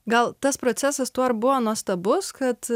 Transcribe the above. gal tas procesas tuo ir buvo nuostabus kad